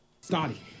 Scotty